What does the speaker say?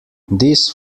this